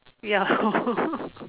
ya